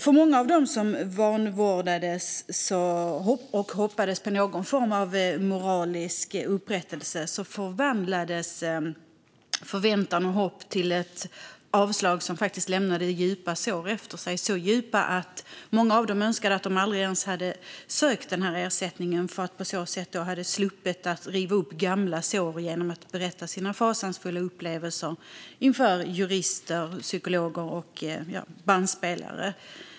För många av dem som vanvårdats och som hoppades på någon form av moralisk upprättelse förvandlades förväntan och hoppet till ett avslag som lämnade djupa sår efter sig - så djupa att många av dem önskade att de aldrig ens hade sökt ersättningen och därmed sluppit riva upp gamla sår genom att berätta om sina fasansfulla upplevelser för jurister, psykologer och bandspelare.